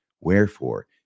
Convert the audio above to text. Wherefore